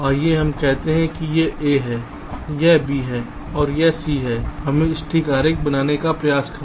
आइए हम कहते हैं कि यह A है यह B है और यह C है हमें स्टिक आरेख बनाने का प्रयास करें